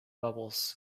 bubbles